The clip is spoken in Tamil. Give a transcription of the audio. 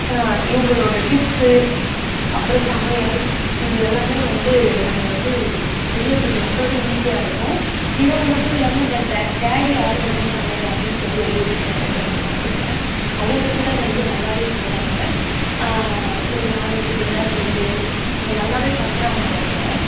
இவங்களோட டிப்ஸு அப்புறம் சமையல் இது எல்லாமே வந்து நம்ம வந்து செய்கிறதுக்கு ரொம்பவே ஈஸியாக இருக்கும் இவங்க மட்டும் இல்லாமல் இந்த டா டாடி ஆறுமுகம் சமையல் அப்படின்னு சொல்லிட்டு ஒரு யூடியூப் சேனல் கூட நான் பார்த்துருக்கேன் அவங்கக் கூட வந்து நல்லாவே செய்கிறாங்க ஒரு நாலஞ்சுப் பேராக சேர்ந்து நல்லாவே பண்ணுறாங்க அவங்க